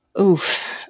Oof